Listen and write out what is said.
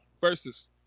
versus